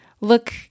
look